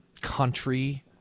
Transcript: country